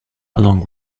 along